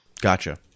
Gotcha